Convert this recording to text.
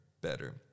better